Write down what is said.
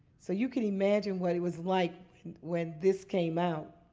so you can imagine what it was like when this came out